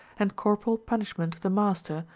and corporal punishment of the master,